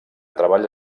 treballa